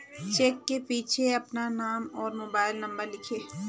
check के पीछे अपना नाम और मोबाइल नंबर लिखें